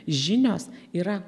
žinios yra